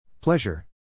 Pleasure